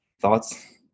Thoughts